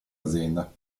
azienda